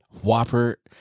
Whopper